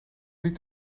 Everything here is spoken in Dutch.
niet